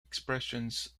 expressions